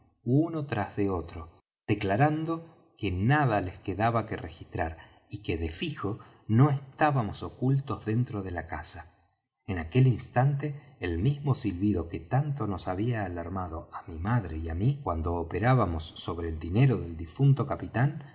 uno tras de otro declarando que nada les quedaba que registrar y que de fijo no estábamos ocultos dentro de la casa en aquel instante el mismo silbido que tanto nos había alarmado á mi madre y á mí cuando operábamos sobre el dinero del difunto capitán